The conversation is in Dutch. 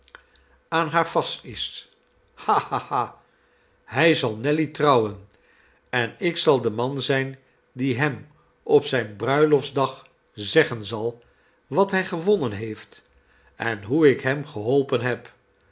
aan haar vast is ha ha ha hij zal nelly trouwen en ik zal de man zijn die hem op zijn bruiloftsdag zeggen zal wat hij gewonnen heeft en hoe ik hem geholpen heb